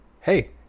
Hey